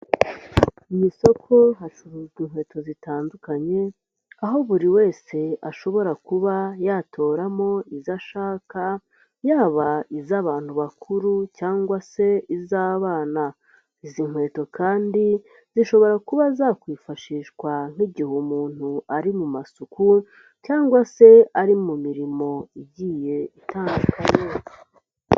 Mu isoko hacuruzwa inkweto zitandukanye aho buri wese ashobora kuba yatoramo izo ashaka, yaba iz'abantu bakuru cyangwa se iz'abana. Izi nkweto kandi zishobora kuba zakwifashishwa nk'igihe umuntu ari mu masuku, cyangwa se ari mu mirimo igiye itandukanye.